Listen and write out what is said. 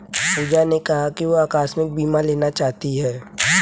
पूजा ने कहा कि वह आकस्मिक बीमा लेना चाहती है